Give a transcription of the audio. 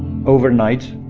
overnight,